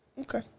Okay